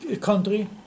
country